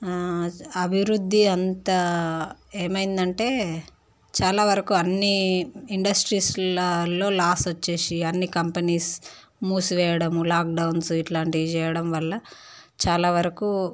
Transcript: అభివృద్ధి అంతా ఏమైందంటే చాలా వరకు అన్ని ఇండస్ట్రీస్లల్లో లాస్ వచ్చేసి అన్ని కంపెనీస్ మూసివేయడము లాక్డౌన్స్ ఇట్లాంటివి చేయడం వల్ల చాలా వరకు